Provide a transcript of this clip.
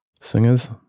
singers